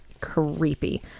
creepy